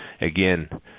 again